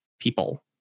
people